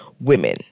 women